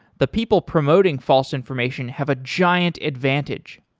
the people promoting false information have a giant advantage,